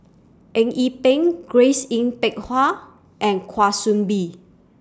Eng Yee Peng Grace Yin Peck Ha and Kwa Soon Bee